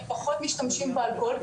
הם פחות משתמשים באלכוהול,